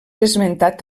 esmentat